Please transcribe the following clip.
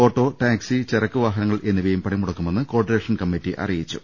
auto taxi ചരക്ക് വാഹനങ്ങൾ എന്നിവയും പണിമുടക്കുമെന്ന് കോർഡിനേഷൻ കമ്മിറ്റി അറിയിച്ചു